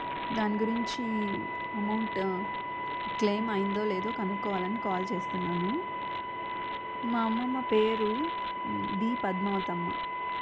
దాని గురించి amount claim అయ్యిందో లేదో కనుక్కోవాలని కాల్ చేస్తున్నాను మా అమ్మమ్మ పేరు బి పద్మావతమ్మ